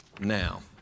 now